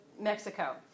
Mexico